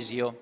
su